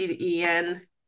ian